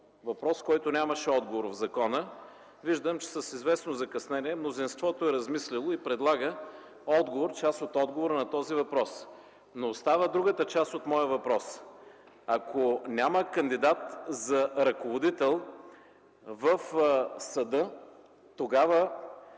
Въпрос, който нямаше отговор в закона. Виждам, че с известно закъснение мнозинството е размислило и предлага част от отговора на този въпрос. Но остава другата част от моя въпрос: ако няма кандидат за ръководител в съда, тогава